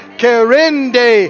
kerende